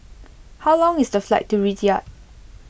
how long is the flight to Riyadh